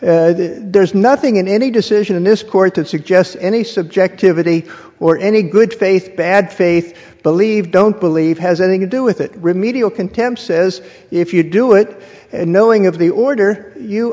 log there's nothing in any decision in this court that suggests any subjectivity or any good faith bad faith believe don't believe has anything to do with it remedial contemp says if you do it and knowing of the order you